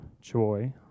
joy